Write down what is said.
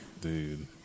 dude